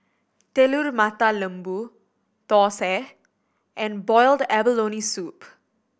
Telur Mata Lembu thosai and boiled abalone soup